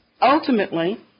Ultimately